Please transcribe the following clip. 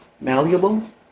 Malleable